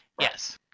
Yes